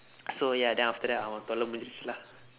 so ya then after that அவன் தொல்லை முடிந்தது:avan thollai mudindthathu lah